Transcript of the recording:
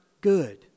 good